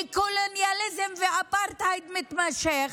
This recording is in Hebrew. לקולוניאליזם ואפרטהייד מתמשך,